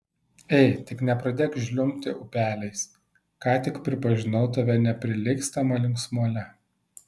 ei tik nepradėk žliumbti upeliais ką tik pripažinau tave neprilygstama linksmuole